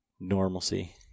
normalcy